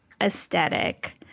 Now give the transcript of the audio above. aesthetic